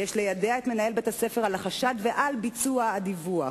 יש ליידע את מנהל בית-הספר על החשד ועל ביצוע הדיווח,